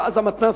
ואז המתנ"ס,